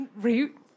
route